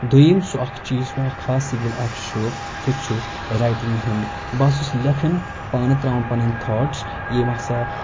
دوٚیِم سُہ اَکھ چیٖز یُس مےٚ اَکھ خاص سِکِل اَکھ چھُ سُہ چھُ رایٹِنٛگ ہُنٛد بہ سا چھُس لٮ۪کھان پانہٕ ترٛاوان پَنٕنۍ تھاٹٕس یِم ہَسا